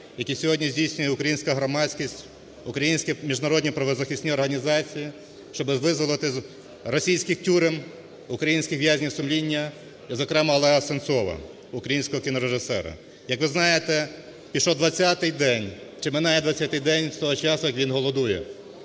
які сьогодні здійснює українська громадськість, українські міжнародні правозахисні організації, щоби визволити з російських тюрем українських в'язнів сумління і, зокрема, Олега Сенцова – українського кінорежисера. Як ви знаєте, пішов 20-й день чи минає 20-й день з того часу, як він голодує.